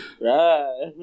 Right